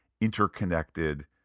interconnected